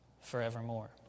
forevermore